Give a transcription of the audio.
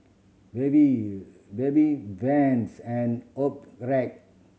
Bebe Bebe Vans and Optrex